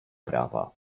prawa